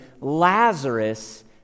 Lazarus